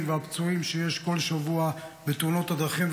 והפצועים שיש כל שבוע בתאונות הדרכים.